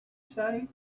say